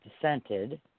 dissented –